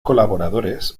colaboradores